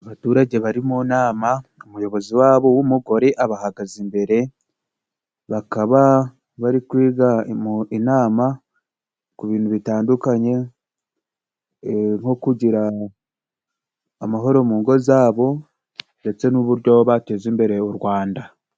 Abaturage bari mu nama, umuyobozi wabo w'umugore abahagaze imbere. Bakaba bari kwiga inama ku bintu bitandukanye nko kugira amahoro mu ngo zabo, ndetse n'uburyo bateza imbere u Rwanda.